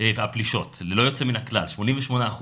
הפלישות ללא יוצא מן הכלל, 88%,